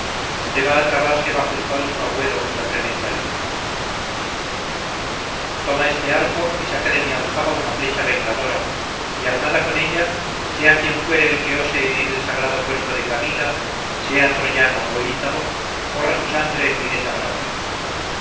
donde va a trabarse bajo infausto agüero la tremenda lid toma este arco y saca de mi aljaba una flecha vengadora y armada con ella sea quien fuere el que ose herir el sagrado cuerpo de camila sea troyano o ítalo corra su sangre en mi desagravio